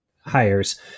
hires